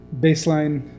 baseline